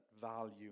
value